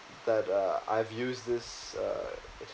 that uh I've used this uh